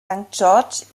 george’s